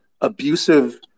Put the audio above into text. abusive